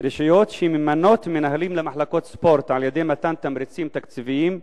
מעודד רשויות שממנות מנהלים למחלקות ספורט על-ידי מתן תמריצים תקציביים?